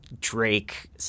Drake